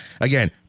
again